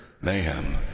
mayhem